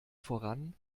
voran